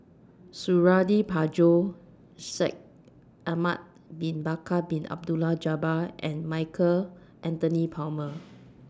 Suradi Parjo Shaikh Ahmad Bin Bakar Bin Abdullah Jabbar and Michael Anthony Palmer